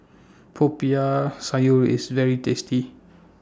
Popiah Sayur IS very tasty